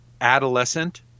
adolescent